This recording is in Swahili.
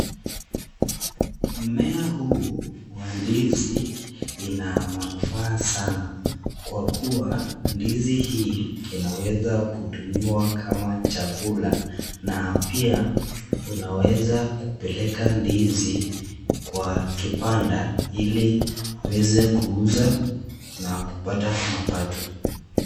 Mmea huu wa ndizi ina manufaa sana, kwa kuwa ndizi hii inaweza kutumiwa kama chakula na pia unaweza kupeleka ndizi kwa kibanda ili uweze kuuza na kupata mapato.